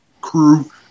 crew